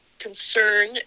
concern